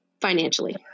financially